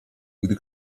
gdy